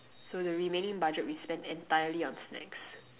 so the remaining budget we spent entirely on snacks